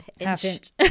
half-inch